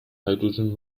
hydrogen